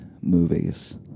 movies